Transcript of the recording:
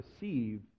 receive